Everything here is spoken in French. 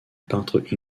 peintre